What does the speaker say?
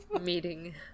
meeting